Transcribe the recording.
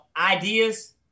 ideas